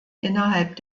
innerhalb